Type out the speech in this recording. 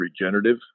regenerative